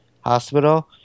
Hospital